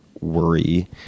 worry